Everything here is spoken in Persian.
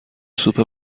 سوپ